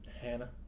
Hannah